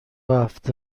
هفته